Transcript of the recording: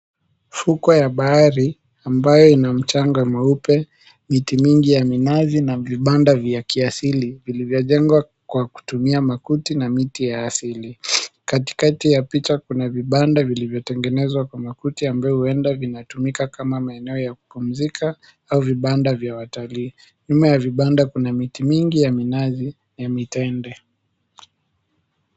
Ufukwe ya bahari ambayo ina mchanga mweupe, miti mingi ya minazi na vibanda vya kiasili vilivyojengwa kwa kutumia makuti na miti ya asili. Katikati ya picha, kuna vibanda vilivyotengenezwa kwa makuti ambayo huenda vinatumika kama maeneo ya kupumzika au vibanda vya watalii. Nyuma ya vibanda, kuna miti mingi ya minazi ya mitende.